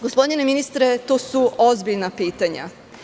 Gospodine ministre, to su ozbiljna pitanja.